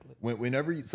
whenever